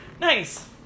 Nice